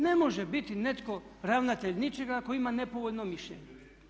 Ne može biti netko ravnatelj ničega ako ima nepovoljno mišljenje.